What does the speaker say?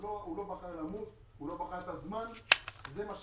הוא לא בחר את הזמן למות, וזה מה שקורה.